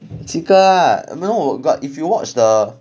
七个 lah no got if you watch the